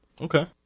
Okay